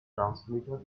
transmitter